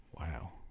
Wow